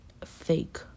fake